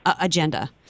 agenda